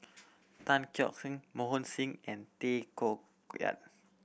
Tan Keong Mohan Singh and Tay Koh Yat